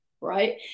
right